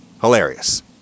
hilarious